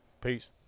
Peace